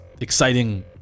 exciting